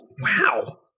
Wow